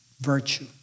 virtue